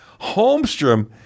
Holmstrom